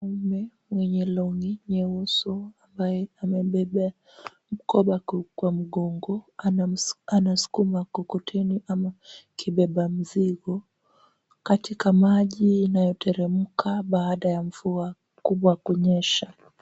Mwanaume mwenye long'i nyeusi ambaye mkoba kwa mgongo anasukuma mkokoteni ama kibeba mzigo katika maji inayoteremka baada ya mvua kubwa kunyesha.